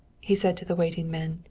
he said to the waiting men.